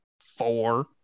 four